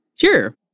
Sure